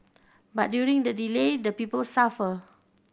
but during the delay the people suffer